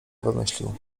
wymyślił